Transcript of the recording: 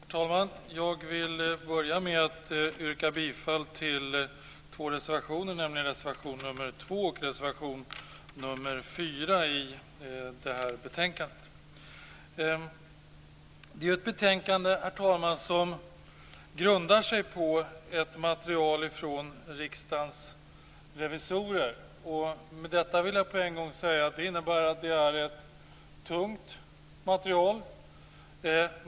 Herr talman! Jag vill börja med att yrka bifall till två reservationer. Det gäller reservationerna 2 och 4 i det här betänkandet. Det här betänkandet, herr talman, grundar sig på ett material från Riksdagens revisorer. Med detta vill jag med en gång säga att det innebär att det är ett tungt material.